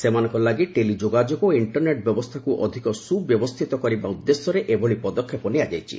ସେମାନଙ୍କ ଲାଗି ଟେଲି ଯୋଗାଯୋଗ ଓ ଇଣ୍ଟରନେଟ୍ ବ୍ୟବସ୍ଥାକୁ ଅଧିକ ସୁବ୍ୟବସ୍ଥିତ କରିବା ଉଦ୍ଦେଶ୍ୟରେ ଏଭଳି ପଦକ୍ଷେପ ନିଆଯାଇଛି